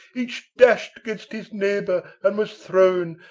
each dashed against his neighbour and was thrown,